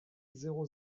zéro